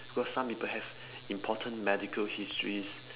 cause some people have important medical histories